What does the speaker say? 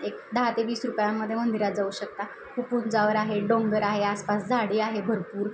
एक दहा ते वीस रुपयांमध्ये मंदिरात जाऊ शकता खूप उंचावर आहे डोंगर आहे आसपास झाडी आहे भरपूर